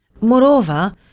Moreover